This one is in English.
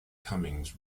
cummings